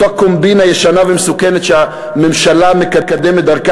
אותה קומבינה ישנה ומסוכנת שהממשלה מקדמת דרכה